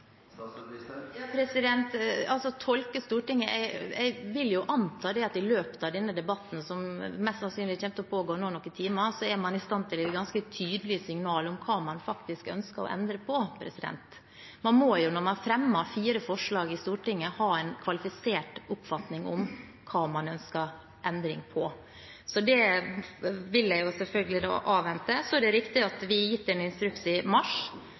tolke Stortinget – jeg vil jo anta at man i løpet av denne debatten som mest sannsynlig kommer til å pågå i noen timer, er i stand til å gi ganske tydelige signaler om hva man faktisk ønsker å endre på. Man må jo når man fremmer fire forslag i Stortinget, ha en kvalifisert oppfatning av hva man ønsker endret. Det vil jeg selvfølgelig da avvente. Så er det riktig at vi har gitt en instruks i mars